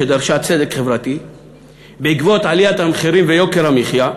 שדרשה צדק חברתי בעקבות עליית המחירים ויוקר המחיה,